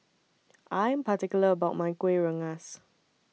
I Am particular about My Kuih Rengas